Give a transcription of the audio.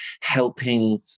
helping